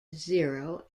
zero